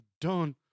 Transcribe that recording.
done